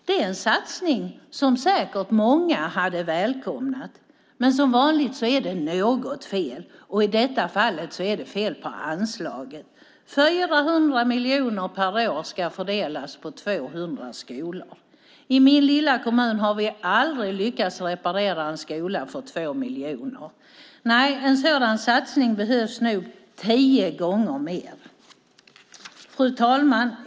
Det är en satsning som många säkert hade välkomnat, men som vanligt är det något fel. I det här fallet är det fel på anslaget. 400 miljoner per år ska fördelas på 200 skolor. I min lilla kommun har vi aldrig lyckats reparera en skola för 2 miljoner. Till en sådan satsning behövs nog tio gånger mer. Fru talman!